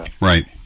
Right